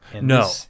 no